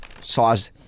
Size